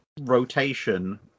rotation